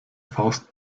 faust